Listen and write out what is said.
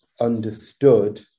understood